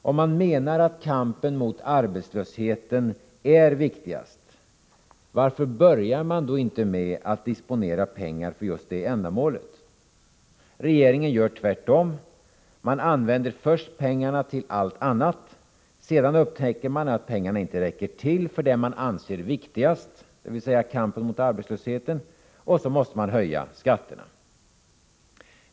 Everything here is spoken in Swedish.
Om man menar att kampen mot arbetslösheten är viktigast, varför börjar man då inte med att disponera pengar för just det ändamålet? Regeringen gör tvärtom. Den använder först pengarna till allt annat. Sedan upptäcker den att pengarna inte räcker till för det regeringen anser viktigast — dvs. kampen mot arbetslösheten — och så måste man höja skatterna.